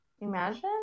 Imagine